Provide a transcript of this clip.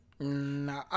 No